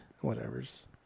whatever's